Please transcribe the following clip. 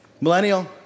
millennial